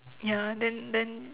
ya then then